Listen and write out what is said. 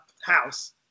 house